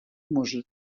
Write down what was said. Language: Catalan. músic